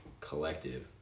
collective